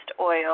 oil